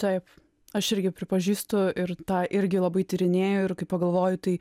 taip aš irgi pripažįstu ir tą irgi labai tyrinėju ir kai pagalvoju tai